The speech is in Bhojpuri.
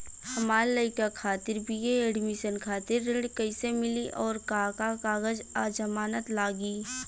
हमार लइका खातिर बी.ए एडमिशन खातिर ऋण कइसे मिली और का का कागज आ जमानत लागी?